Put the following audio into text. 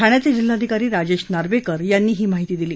ठाण्याचे जिल्हाधिकारी राजेश नार्वेकर यांनी ही माहिती दिली